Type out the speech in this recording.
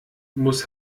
muss